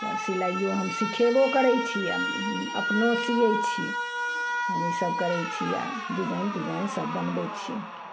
सिलाइयो हम सीखेबो करय छी अपनो सीयै छी हम ईसब करय छी आओर डिजाइन तिजाइन सब बनबय छी